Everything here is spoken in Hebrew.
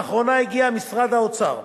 לאחרונה הגיע משרד האוצר,